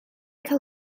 cael